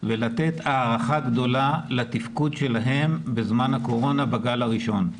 ולתת הערכה גדולה לתפקוד שלהן בזמן הקורונה בגל הראשון.